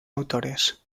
autores